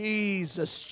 Jesus